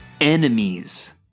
Enemies